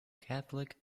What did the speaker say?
catholic